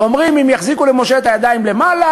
אומרים: אם יחזיקו למשה את הידיים למעלה,